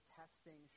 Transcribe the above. testing